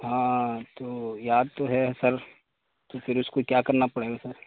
ہاں تو یاد تو ہے سر تو پھر اس کو کیا کرنا پڑے گا سر